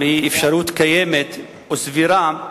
היא אפשרות קיימת או סבירה,